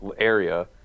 area